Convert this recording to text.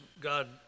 God